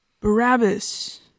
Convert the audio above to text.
Barabbas